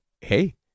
hey